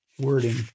wording